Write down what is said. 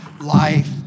life